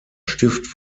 stift